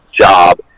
job